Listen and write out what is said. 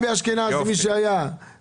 החוץ כדי לשאול אותו את השאלה האלמנטרית,